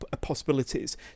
possibilities